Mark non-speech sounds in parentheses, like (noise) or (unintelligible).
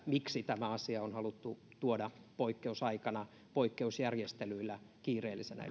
miksi tämä asia on haluttu tuoda poikkeusaikana poikkeusjärjestelyillä ja kiireellisenä (unintelligible)